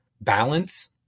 balance